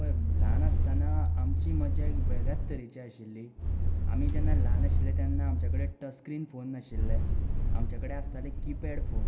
पळय ल्हान आसतना आमची मजा एक वेगळ्याच तरेची आशिल्ली आमी जेन्ना ल्हान आशिल्ले तेन्ना आमच्या कडेन टच स्क्रीन फोन नाशिल्ले आमचे कडेन आसताले कीपॅड फोन